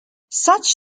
such